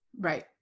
right